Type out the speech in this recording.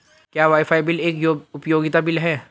क्या WiFi bill एक उपयोगिता बिल है?